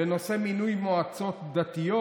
בנושא מינוי מועצות דתיות,